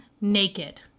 naked